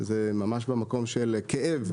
שזה ממש במקום של כאב.